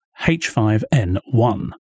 H5N1